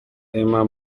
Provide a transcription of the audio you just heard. emma